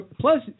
Plus